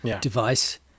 device